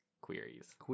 queries